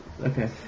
okay